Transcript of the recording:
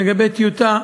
לגבי טיוטה.